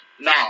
Now